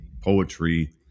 poetry